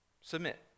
submit